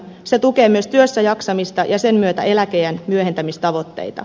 se tukee myös työssäjaksamista ja sen myötä eläkeiän myöhentämistavoitteita